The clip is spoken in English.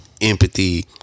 empathy